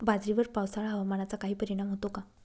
बाजरीवर पावसाळा हवामानाचा काही परिणाम होतो का?